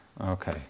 okay